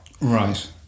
Right